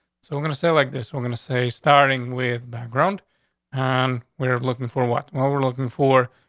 so we're gonna say like this we're gonna say, starting with background on. we're looking for what what we're looking for.